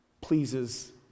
pleases